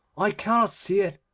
i cannot see it.